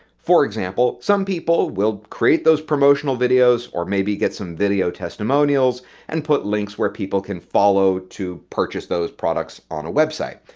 for example, some people will create those promotional videos or maybe get some video testimonials and put links where people can follow to purchase those products on a website.